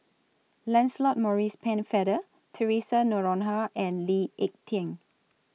Lancelot Maurice Pennefather Theresa Noronha and Lee Ek Tieng